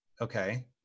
Okay